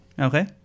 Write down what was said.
Okay